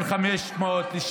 זה רבע מיליון איש